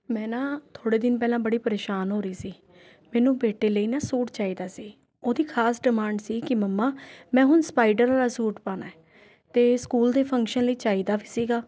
ਮੈਂ ਨਾ ਥੋੜ੍ਹੇ ਦਿਨ ਪਹਿਲਾਂ ਬੜੀ ਪਰੇਸ਼ਾਨ ਹੋ ਰਹੀ ਸੀ ਮੈਨੂੰ ਬੇਟੇ ਲਈ ਨਾ ਸੂਟ ਚਾਹੀਦਾ ਸੀ ਉਹਦੀ ਖਾਸ ਡਿਮਾਂਡ ਸੀ ਕਿ ਮੰਮਾ ਮੈਂ ਹੁਣ ਸਪਾਈਡਰ ਵਾਲਾ ਸੂਟ ਪਾਉਣਾ ਹੈ ਅਤੇ ਸਕੂਲ ਦੇ ਫੰਕਸ਼ਨ ਲਈ ਚਾਹੀਦਾ ਵੀ ਸੀਗਾ